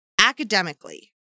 academically